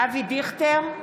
אבי דיכטר,